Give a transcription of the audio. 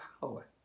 power